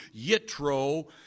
Yitro